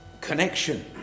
connection